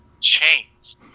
chains